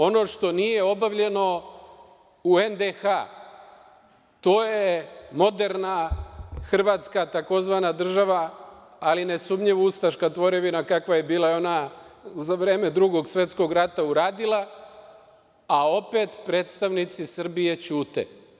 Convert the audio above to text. Ono što nije obavljeno u NDH, to je moderna Hrvatska tzv. država, ali nesumnjivo ustaška tvorevina kakva je bila ona za vreme Drugog svetskog rata, uradila, a opet predstavnici Srbije ćute.